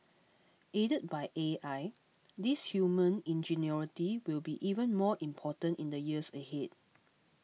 aided by A I this human ingenuity will be even more important in the years ahead